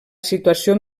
situació